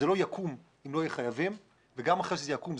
זה לא יקום אם לא נהיה חייבים וגם אחרי שזה יקום,